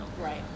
right